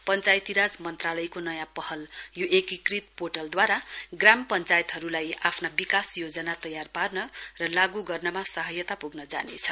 पश्चायती राज मन्त्रालयको नयाँ पहल यो एकीकृत पोर्टलद्वारा ग्राम पञ्चायतहरूलाई आफ्ना विकास योजना तयार पार्न र लागू गर्नमा सहायता पुग्न जानेछ